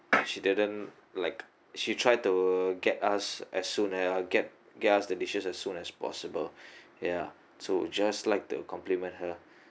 and she didn't like she try to get us as soon uh get get us the dishes as soon as possible ya so just like to compliment her